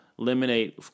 eliminate